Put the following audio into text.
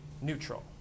neutral